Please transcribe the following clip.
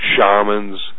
shamans